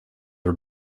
are